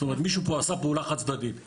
זאת אומרת מישהו פה עשה פעולה חד צדדית.